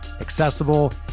accessible